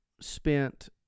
spent